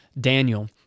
Daniel